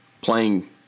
playing